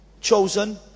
chosen